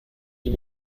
wie